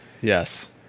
yes